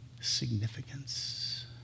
significance